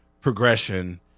Progression